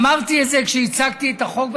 אמרתי את זה כשהצגתי את החוק,